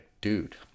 dude